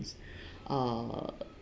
uh